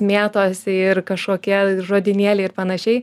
mėtosi ir kažkokie žodynėliai ir panašiai